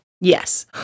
Yes